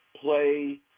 play